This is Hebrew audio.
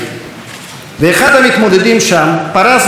ואחד המתמודדים שם פרס בפניי תמונה